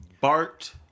Bart